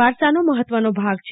વારસાનો મહત્વનો ભાગ છે